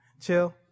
chill